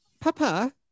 Papa